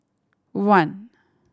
one